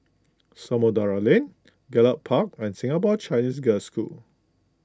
Samudera Lane Gallop Park and Singapore Chinese Girls' School